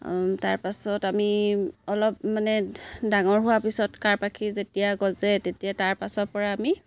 তাৰপাছত আমি অলপ মানে ডাঙৰ হোৱাৰ পিছত কাঁড়পাখি যেতিয়া গজে তেতিয়া তাৰ পাছৰপৰা আমি